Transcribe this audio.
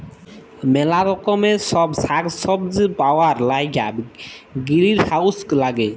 ম্যালা রকমের ছব সাগ্ সবজি পাউয়ার ল্যাইগে গিরিলহাউজ ল্যাগে